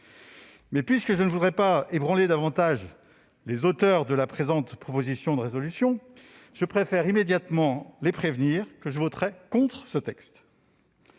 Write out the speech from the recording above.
Cependant, pour ne pas ébranler davantage les auteurs de la présente proposition de résolution, je préfère immédiatement les prévenir que je voterai contre ce texte.